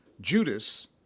Judas